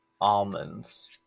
almonds